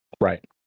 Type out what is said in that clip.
Right